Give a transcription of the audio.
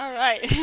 um right